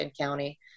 County